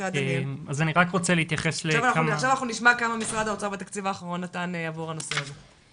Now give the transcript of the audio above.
עכשיו אנחנו נשמע כמה משרד האוצר בתקציב האחרון נתן עבור הנושא הזה.